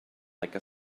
like